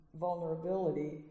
vulnerability